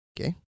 Okay